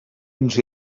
ens